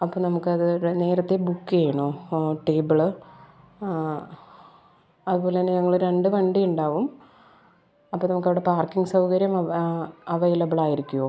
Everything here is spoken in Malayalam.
അപ്പം നമുക്ക് അത് നേരത്തെ ബുക്ക് ചെയ്യണോ ആ ടേബിള് അതുപോലെ തന്നെ ഞങ്ങൾ രണ്ട് വണ്ടിയുണ്ടാവും അപ്പോൾ നമ്മൾക്ക് അവിടെ പാർക്കിംഗ് സൗകര്യം അവൈലബിളായിരിക്കുമോ